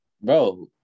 Bro